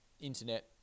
internet